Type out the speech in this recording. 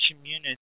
community